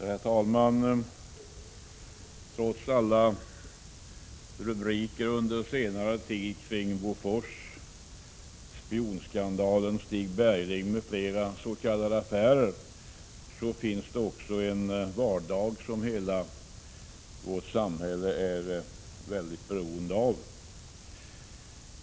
Herr talman! Trots alla rubriker på senare tid kring Bofors, spionskandalen Stig Bergling m.fl. affärer finns det också en vardag som hela vårt samhälle är mycket beroende av.